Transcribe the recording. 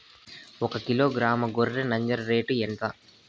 ఒకకిలో గ్రాము గొర్రె నంజర రేటు ఎంత?